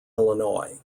illinois